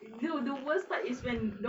the the worst part is when